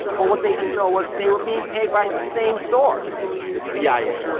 but what they didn't know was they were being paid by the same source the cia.